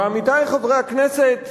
ועמיתי חברי הכנסת,